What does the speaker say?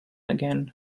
again